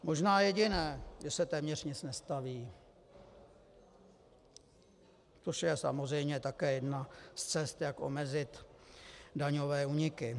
Možná jediné: že se téměř nic nestaví, což je samozřejmě také jedna z cest, jak omezit daňové úniky.